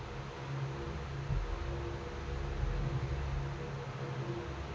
Sir ನನ್ನ mobile ನಿಂದ gas, current, ನೇರು, ಮನೆ ತೆರಿಗೆ ಎಲ್ಲಾ ಕಟ್ಟೋದು ಹೆಂಗ್ರಿ?